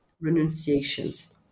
renunciations